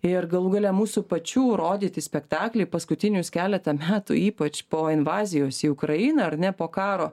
ir galų gale mūsų pačių rodyti spektakliai paskutinius keletą metų ypač po invazijos į ukrainą ar ne po karo